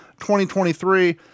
2023